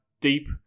deep